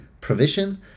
provision